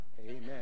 Amen